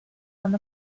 one